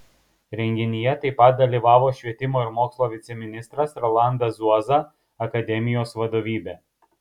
renginyje taip pat dalyvavo švietimo ir mokslo viceministras rolandas zuoza akademijos vadovybė